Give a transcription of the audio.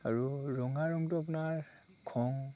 আৰু ৰঙা ৰঙটো আপোনাৰ খং